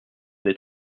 des